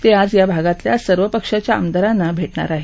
ते आज या भागातल्या सर्वपक्षाच्या आमदारांना भेटणार आहेत